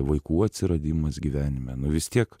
vaikų atsiradimas gyvenime nu vis tiek